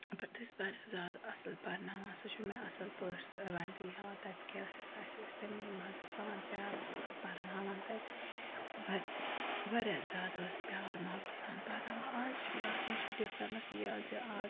تہٕ تَتہٕ ٲسۍ واریاہ زیادٕ اصٕل پَرناوان سُہ چھُ مےٚ اصٕل پٲٹھۍ سُہ اِویٚنٛٹ یاد تَتہِ کیٛاہ ٲسۍ أسۍ اسہِ ٲسۍ تَمہِ مَزٕ سان پیارٕ سان پَرناوان تَتہِ واریاہ زیادٕ ٲسۍ پیار محبتہٕ سان پَرناوان آز چھُ یَتھ منٛز چھِ ڈِفریٚنس یہِ زِ آز